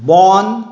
bon